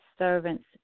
Servants